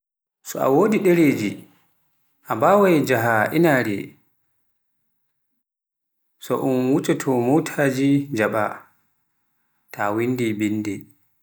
So a wodi dereji a mbawai njaah inaare so un wucce mottaji njaaba, ta winndi binnde.